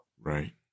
Right